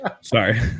sorry